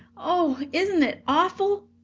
oh, isn't it awful!